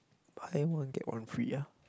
buy one get one free ah